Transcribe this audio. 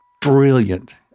brilliant